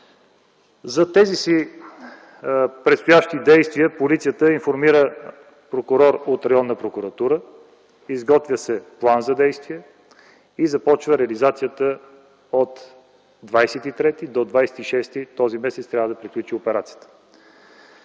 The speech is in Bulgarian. За тези си предстоящи действия полицията информира прокурор от районна прокуратура, изготвя се план за действие и започва реализацията. От 23 до 26 този месец трябва да приключи операцията.